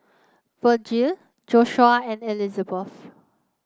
Vergil Joshuah and Elizabeth